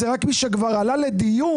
זה רק מי שכבר עלה לדיון,